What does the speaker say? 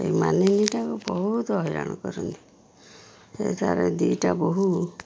ଏଇ ମାନିନୀଟାକୁ ବହୁତ ହଇରାଣ କରନ୍ତି ସେଠାରେ ଦୁଇଟା ବୋହୂ